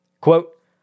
quote